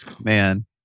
Man